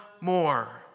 more